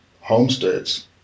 homesteads